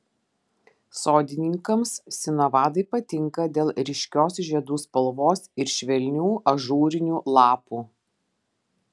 sodininkams sinavadai patinka dėl ryškios žiedų spalvos ir švelnių ažūrinių lapų